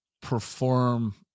perform